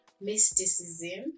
mysticism